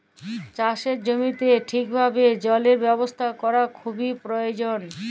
চাষের জমিতে ঠিকভাবে জলের ব্যবস্থা ক্যরা খুবই পরয়োজল